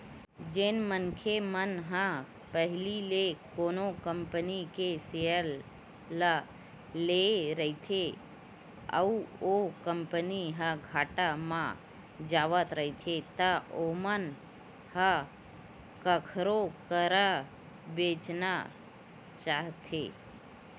जेन मनखे मन ह पहिली ले कोनो कंपनी के सेयर ल लेए रहिथे अउ ओ कंपनी ह घाटा म जावत रहिथे त ओमन ह कखरो करा बेंचना चाहथे